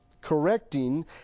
correcting